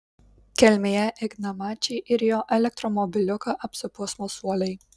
kelmėje igną mačį ir jo elektromobiliuką apsupo smalsuoliai